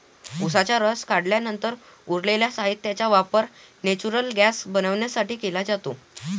उसाचा रस काढल्यानंतर उरलेल्या साहित्याचा वापर नेचुरल गैस बनवण्यासाठी केला जातो